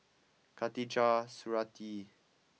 Khatijah Surattee